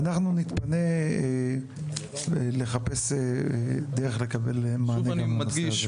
ואנחנו נתפנה לחפש דרך לקבל מענה גם לנושא הזה.